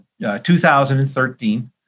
2013